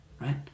right